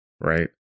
right